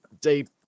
deep